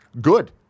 Good